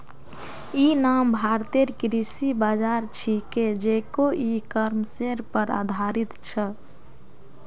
इ नाम भारतेर कृषि बाज़ार छिके जेको इ कॉमर्सेर पर आधारित छ